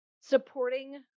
supporting